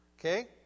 Okay